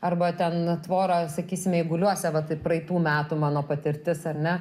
arba ten tvorą sakysime eiguliuose va taip praeitų metų mano patirtis ar ne